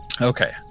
okay